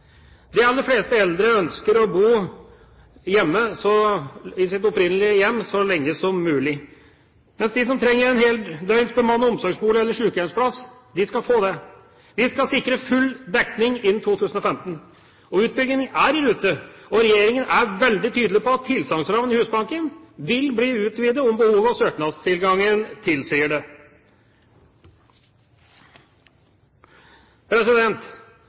De aller fleste eldre ønsker å bo i sitt eget hjem så lenge som mulig, men de som trenger en heldøgnsbemannet omsorgsbolig eller en sykehjemsplass, skal få det. Vi skal sikre full dekning innen 2015. Utbyggingen er i rute, og regjeringa er veldig tydelig på at tilsagnsrammen i Husbanken vil bli utvidet om behov og søknadstilgangen tilsier